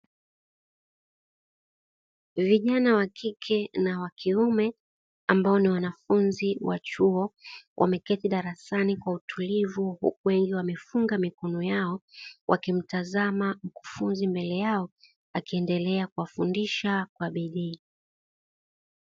Vijana wa kike na wa kiume ambao ni wanafunzi wa chuo, wameketi darasani kwa utulivu huku wengi wamefunga mikono yao, wakimtazama mkufunzi mbele yao akiendelea kuwafundisha kwa bidii.